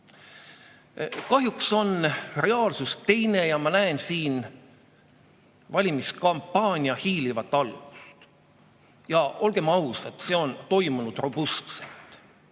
Kahjuks on reaalsus teine ja ma näen siin valimiskampaania hiilivat algust. Ja olgem ausad, see on toimunud robustselt.